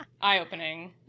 eye-opening